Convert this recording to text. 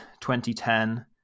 2010